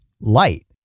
light